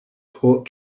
court